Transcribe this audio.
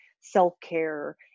self-care